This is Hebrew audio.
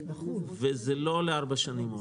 וזה לא לארבע שנים,